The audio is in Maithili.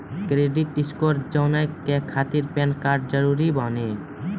क्रेडिट स्कोर जाने के खातिर पैन कार्ड जरूरी बानी?